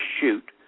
shoot